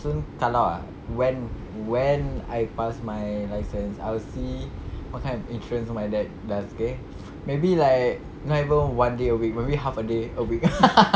soon kalau ah when when I pass my license I'll see what kind of insurance my dad does okay maybe like not even one day a week maybe half a day a week